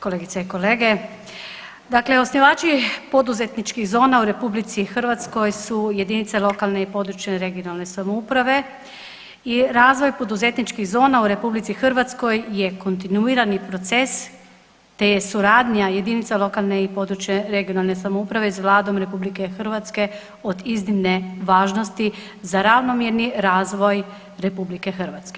kolegice i kolege, dakle osnivači poduzetničkih zona u RH su jedinice lokalne i područne (regionalne) samouprave i razvoj poduzetničkih zona u RH je kontinuirani proces te je suradnja jedinica lokalne i područne (regionalne) samouprave s Vladom RH od iznimne važnosti za ravnomjerni razvoj RH.